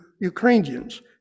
ukrainians